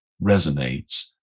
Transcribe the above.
resonates